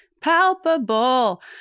palpable